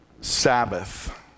Sabbath